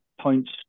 points